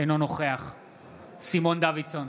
אינו נוכח סימון דוידסון,